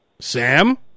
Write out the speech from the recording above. Sam